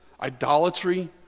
idolatry